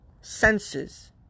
Senses